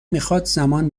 میخواد، زمان